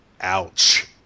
ouch